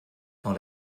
dans